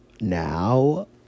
now